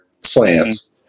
slants